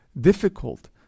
difficult